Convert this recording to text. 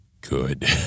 good